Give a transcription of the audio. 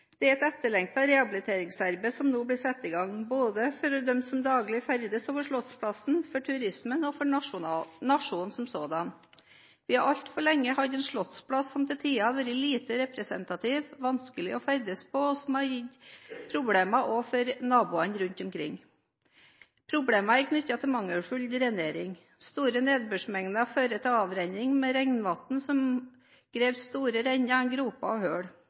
Det er et etterlengtet rehabiliteringsarbeid som nå blir satt i gang, både for dem som daglig ferdes over Slottsplassen, for turismen og for nasjonen som sådan. Vi har altfor lenge hatt en slottsplass som til tider har vært lite representativ, vanskelig å ferdes på og som har gitt problemer også for naboene rundt omkring. Problemene er knyttet til mangelfull drenering. Store nedbørsmengder fører til avrenning med regnvann som graver store renner, groper og